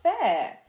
fair